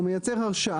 הוא מייצר הרשאה.